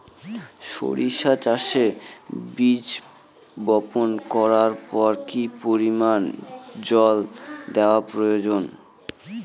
সরিষা চাষে বীজ বপন করবার পর কি পরিমাণ জল দেওয়া প্রয়োজন?